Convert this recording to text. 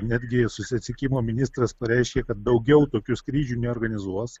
netgi susisiekimo ministras pareiškė kad daugiau tokių skrydžių neorganizuos